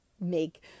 make